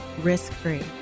risk-free